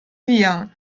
wir